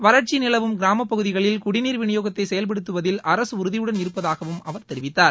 வறட்சி நிலவும் கிராமப் பகுதிகளில் குடிநீர் விநியோகத்தை செயல்படுத்துவதில் அரசு உறுதியுடன் இரப்பதாகவும் அவர் தெரிவித்தார்